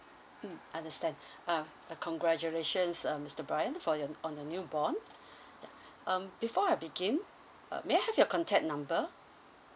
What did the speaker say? mm understand uh congratulations um mister brian for your on the new born um before I begin uh may I have your contact number